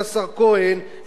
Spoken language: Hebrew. שהממשלה פה מציגה,